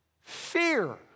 fear